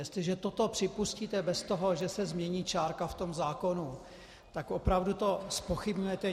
Jestliže toto připustíte bez toho, že se změní čárka v tom zákonu, tak opravdu to zpochybňujete.